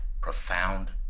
profound